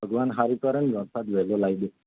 ભગવાન સારું કરે ને વરસાદ વહેલો લાવી દે